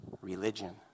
Religion